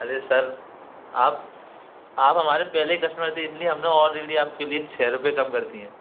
अरे सर आप आप हमारे पहले कस्टमर थे इसलिए हमने ऑलरेडी हमने आपके लिए छः रूपये कम कर दिए हैं